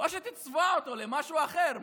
או שתצבע אותו למשהו אחר.